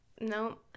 no